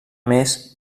més